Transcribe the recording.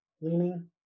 leaning